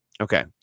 Okay